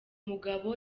mugabo